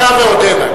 היתה ועודנה.